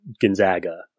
Gonzaga